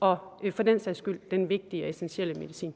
og for den sags skyld den vigtige og essentielle medicin?